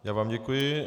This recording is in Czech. Já vám děkuji.